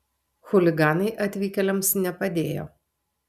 chuliganai atvykėliams nepadėjo